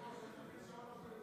היושב-ראש,